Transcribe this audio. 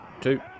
two